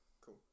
Cool